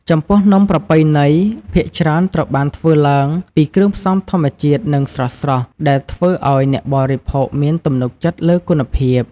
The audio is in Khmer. ចំពោះ នំប្រពៃណីភាគច្រើនត្រូវបានធ្វើឡើងពីគ្រឿងផ្សំធម្មជាតិ និងស្រស់ៗ ដែលធ្វើឲ្យអ្នកបរិភោគមានទំនុកចិត្តលើគុណភាព។